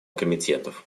комитетов